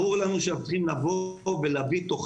ברור לנו שצריך להביא תוכנית,